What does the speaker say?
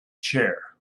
chair